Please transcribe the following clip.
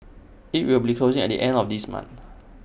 IT will be closing at the end of this month